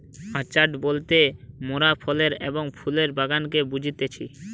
orchard বলতে মোরাফলের এবং ফুলের বাগানকে বুঝতেছি